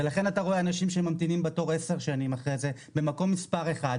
ולכן אתה רואה אנשים שממתינים בתור עשר שנים במקום הראשון,